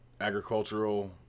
agricultural